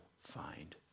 find